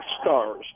stars